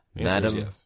madam